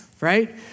right